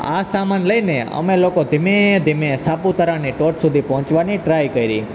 આ સામાન લઈને અમે લોકો ધીમે ધીમે સાપુતારાની ટોચ સુધી પહોંચવાની ટ્રાય કરી